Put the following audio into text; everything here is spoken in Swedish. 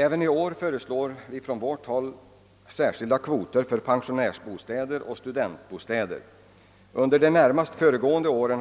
Även i år föreslår vi från vårt håll särskilda kvoter för pensionärsbostäder och studentbostäder. Under de närmast föregående åren